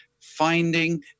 finding